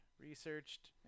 researched